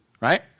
right